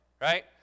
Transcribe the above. Right